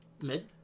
Mid